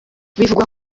bivugwa